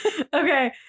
Okay